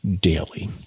daily